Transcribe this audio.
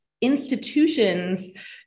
institutions